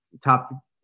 top